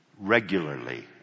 regularly